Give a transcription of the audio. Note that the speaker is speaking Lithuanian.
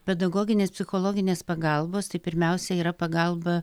pedagoginės psichologinės pagalbos tai pirmiausia yra pagalba